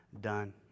Done